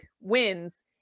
wins